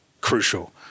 crucial